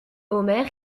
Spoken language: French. omer